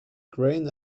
grain